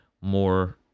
more